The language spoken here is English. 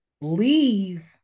leave